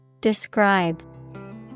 Describe